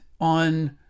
on